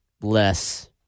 less